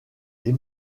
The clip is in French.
des